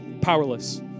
powerless